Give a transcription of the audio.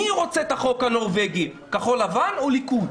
מי רוצה את החוק הנורבגי כחול לבן או ליכוד?